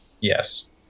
yes